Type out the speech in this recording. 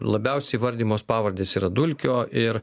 labiausiai vardijamos pavardės yra dulkio ir